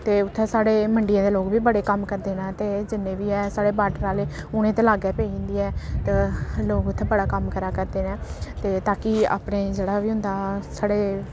ते उत्थै साढ़े मंडियै दे लोक बी बड़े कम्म करदे न ते जिन्ने बी ऐ साढ़े बार्डर आह्ले उ'नें गी ते लागै पेई जंदी ऐ ते लोक उत्थै बड़ा कम्म करा करदे न ते ताकि अपने जेह्ड़ा बी होंदा साढ़े